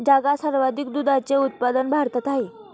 जगात सर्वाधिक दुधाचे उत्पादन भारतात आहे